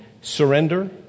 surrender